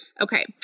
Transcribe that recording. Okay